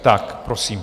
Tak prosím.